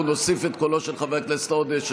אנחנו נוסיף את קולו של חבר הכנסת עודה,